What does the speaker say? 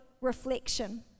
reflection